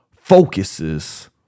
focuses